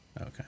Okay